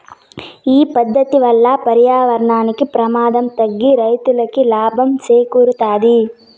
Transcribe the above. ఈ పద్దతి వల్ల పర్యావరణానికి ప్రమాదం తగ్గి రైతులకి లాభం చేకూరుతాది